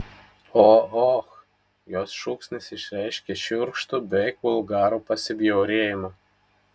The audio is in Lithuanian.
o och jos šūksnis išreiškė šiurkštų beveik vulgarų pasibjaurėjimą